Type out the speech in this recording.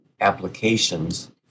applications